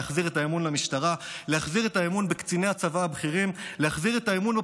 להחזיר את האמון במשטרה,